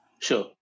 Sure